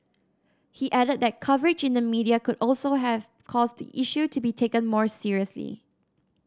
he added that coverage in the media could also have caused the issue to be taken more seriously